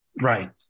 Right